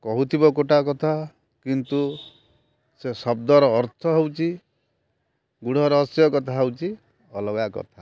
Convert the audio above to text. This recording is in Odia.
କହୁଥିବ ଗୋଟେ କଥା କିନ୍ତୁ ସେ ଶବ୍ଦର ଅର୍ଥ ହେଉଛି ଗୁଢ଼ ରହସ୍ୟ କଥା ହେଉଛି ଅଲଗା କଥା